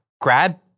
grad